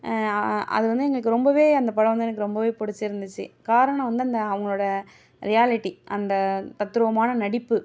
அது வந்து எங்களுக்கு ரொம்பவே அந்த படம் வந்து எனக்கு ரொம்பவே பிடிச்சிருந்துச்சி காரணம் வந்து அந்த அவங்களோட ரியாலிட்டி அந்த தத்ரூவமான நடிப்பு